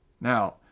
Now